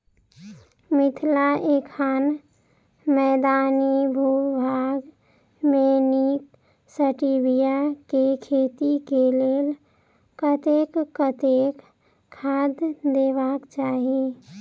मिथिला एखन मैदानी भूभाग मे नीक स्टीबिया केँ खेती केँ लेल कतेक कतेक खाद देबाक चाहि?